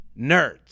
nerds